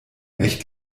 echt